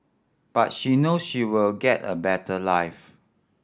but she knows she will get a better life